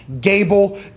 Gable